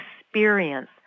experience